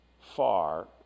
far